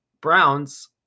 Browns